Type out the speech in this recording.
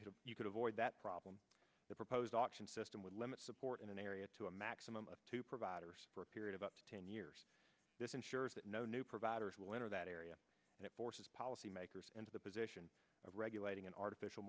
to you could avoid that problem the proposed auction system would limit support in an area to a maximum of two providers for a period of up to ten years this ensures that no new providers will enter that area and it forces policy makers into the position of regulating an artificial